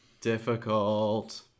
Difficult